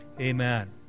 Amen